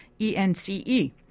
E-N-C-E